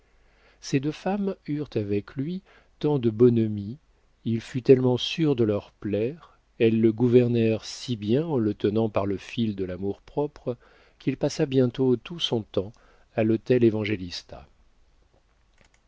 ces deux femmes eurent avec lui tant de bonhomie il fut tellement sûr de leur plaire elles le gouvernèrent si bien en le tenant par le fil de l'amour-propre qu'il passa bientôt tout son temps à l'hôtel évangélista